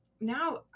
now